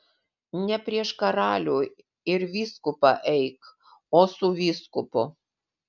ne prieš karalių ir vyskupą eik o su vyskupu